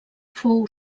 fou